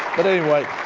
but anyway,